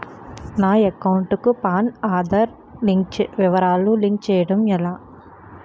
నా అకౌంట్ కు పాన్, ఆధార్ వివరాలు లింక్ చేయటం ఎలా?